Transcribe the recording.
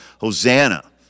Hosanna